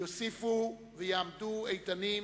יוסיפו ויעמדו איתנים